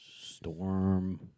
storm